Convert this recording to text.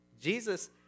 Jesus